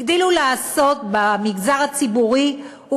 הגדילו לעשות במגזר הציבורי,